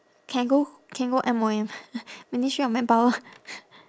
can go can go M_O_M ministry of manpower